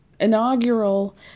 inaugural